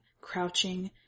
crouching